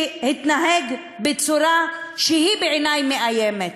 שהתנהג בצורה שהיא בעיני מאיימת.